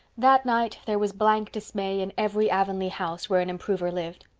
that night there was blank dismay in every avonlea house where an improver lived.